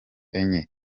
enye